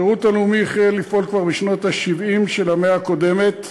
השירות הלאומי החל לפעול כבר בשנות ה-70 של המאה הקודמת,